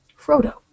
Frodo